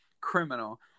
criminal